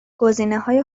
گزینههای